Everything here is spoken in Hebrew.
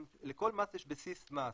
לכל מס יש בסיס מס,